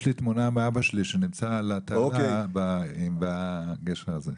יש לי תמונה מאבא שלי שנמצא על התעלה בגשר הזה.